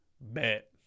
bet